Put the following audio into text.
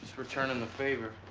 returnin' the favor.